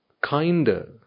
kinder